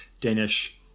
Danish